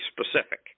specific